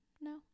no